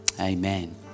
Amen